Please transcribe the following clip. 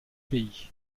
pays